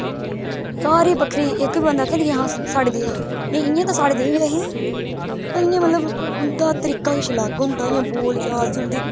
सारे बक्खरे इक वी बंदा आक्खे कि साढ़े जेहा हा नेई इय़ां ते साढ़े जेह गै ऐ हे पर इयां मतलब उन्दा तरीका किश अलग होंदा ऐ उन्दी बोलचाल उन्दी